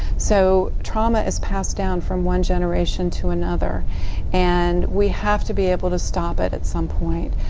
so, trauma is passed down from one generation to another and we have to be able to stop it at some point.